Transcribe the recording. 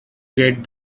get